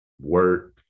work